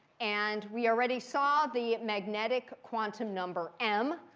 and we already saw the magnetic quantum number m.